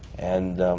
and